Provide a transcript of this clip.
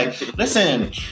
listen